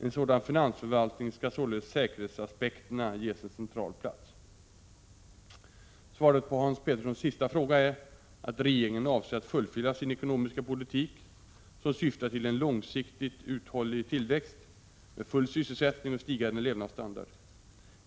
I sådan finansförvaltning skall således säkerhetsaspekterna ges en central plats. Svaret på Hans Peterssons sista fråga är att regeringen avser att fullfölja sin ekonomiska politik, som syftar till en långsiktig uthållig tillväxt med full sysselsättning och stigande levnadsstandard.